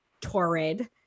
torrid